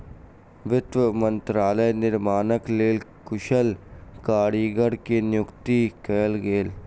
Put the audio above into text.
वित्त मंत्रालयक निर्माणक लेल कुशल कारीगर के नियुक्ति कयल गेल